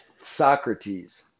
Socrates